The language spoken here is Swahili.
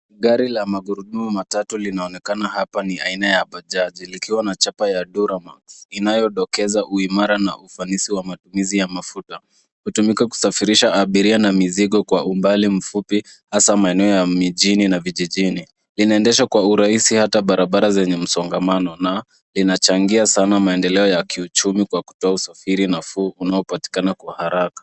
Gari la magurudumu matatu linaonekana hapa. Ni aina ya bajaji likiwa na chapa ya Duramax inayodokeza uimara na ufanisi wa matumizi ya mafuta. Hutumika kusafirisha abiria na mizigo kwa umbali mfupi hasa maeneo ya mijini na vijijini. Linaendeshwa kwa urahisi hata barabara zenye msongamano na linachangia sana maendeleo ya kiuchumi kwa kutoa usafiri nafuu unaopatikana kwa haraka.